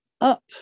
up